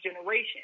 generation